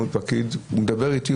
הוא מדבר איתי,